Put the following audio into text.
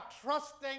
trusting